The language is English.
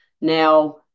Now